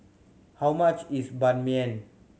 how much is Ban Mian